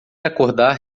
acordar